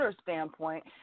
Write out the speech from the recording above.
standpoint